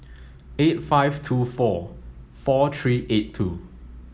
eight five two four four three eight two